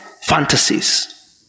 fantasies